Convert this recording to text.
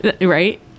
Right